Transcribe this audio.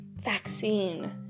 vaccine